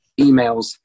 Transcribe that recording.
emails